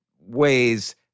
ways